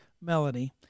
melody